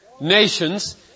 nations